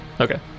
Okay